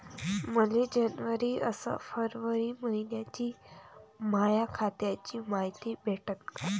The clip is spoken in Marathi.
मले जनवरी अस फरवरी मइन्याची माया खात्याची मायती भेटन का?